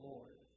Lord